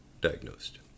Diagnosed